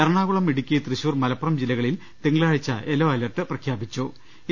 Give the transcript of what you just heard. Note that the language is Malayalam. എറണാകുളം ഇടുക്കി തൃശൂർ മലപ്പുറം ജില്ലകളിൽ തിങ്കളാഴ്ച്ച യെല്ലോ അലർട്ട് പ്രഖ്യാപിച്ചിട്ടുണ്ട്